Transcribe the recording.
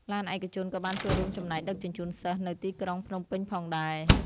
ឡានឯកជនក៏បានចូលរួមចំណែកដឹកជញ្ជូនសិស្សនៅទីក្រុងភ្នំពេញផងដែរ។